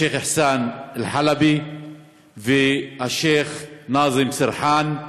השיח' אחסאן אל-חלבי והשיח' נאזם סרחאן,